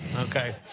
Okay